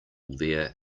there